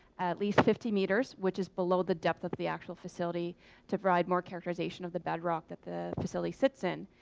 at least fifty meters, which is below the depth of the actual facility to provide more characterization of the bedrock that the facility sits in.